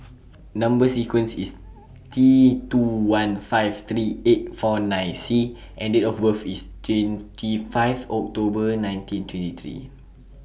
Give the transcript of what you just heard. Number sequence IS T two one five three eight four nine C and Date of birth IS twenty five October nineteen twenty three